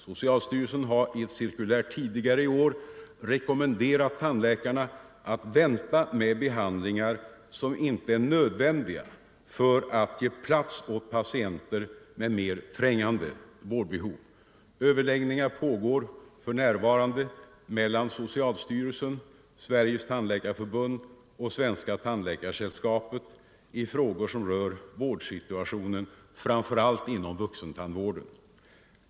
Socialstyrelsen har i ett cirkulär tidigare i år rekommenderat tandläkarna att vänta med behandlingar som inte är nödvändiga för att ge plats åt patienter med mer trängande vårdbehov. Överläggningar pågår för närvarande mellan socialstyrelsen, Sveriges tandläkarförbund och Svenska tandläkaresällskapet i frågor som rör vårdsituationen framför allt inom vuxentandvården.